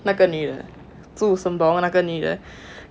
那个女的住 sembawang 那个女的